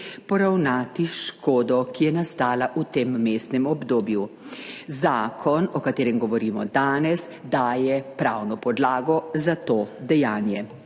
poravnati škodo, ki je nastala v tem vmesnem obdobju. Zakon, o katerem govorimo danes, daje pravno podlago za to dejanje.